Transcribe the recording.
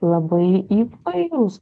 labai įvairūs